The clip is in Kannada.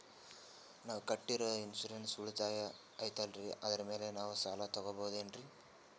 ನಾವು ಕಟ್ಟಿರೋ ಇನ್ಸೂರೆನ್ಸ್ ಉಳಿತಾಯ ಐತಾಲ್ರಿ ಅದರ ಮೇಲೆ ನಾವು ಸಾಲ ತಗೋಬಹುದೇನ್ರಿ?